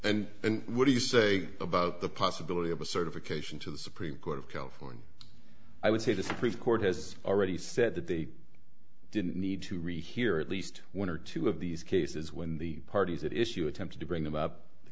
yes and what do you say about the possibility of a certification to the supreme court of california i would say the supreme court has already said that they didn't need to rehear at least one or two of these cases when the parties that issue attempts to bring them up t